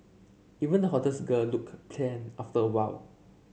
even the hottest girl looked after awhile